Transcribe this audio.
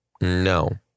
No